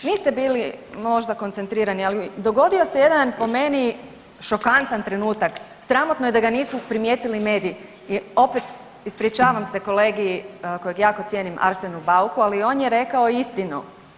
Niste bili možda koncentrirani, ali dogodio se jedan, po meni, šokantan trenutak, sramotno je da ga nisu primijetili mediji, opet, ispričavam se kolegi kojeg jako cijenim, Arsenu Bauku, ali on je rekao istinu.